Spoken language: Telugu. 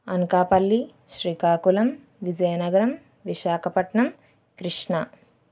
అనకాపల్లి శ్రీకాకుళం విజయనగరం విశాఖపట్నం కృష్ణా